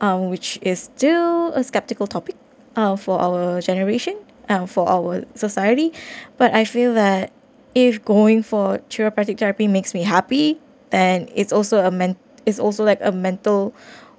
um which is still a skeptical topic uh for our generation uh for our society but I feel that if going for therapeutic therapy makes me happy and it's also a men~ it's also like a mental